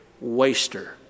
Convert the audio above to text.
waster